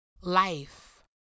life